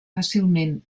fàcilment